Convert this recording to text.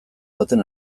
baten